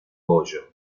bollo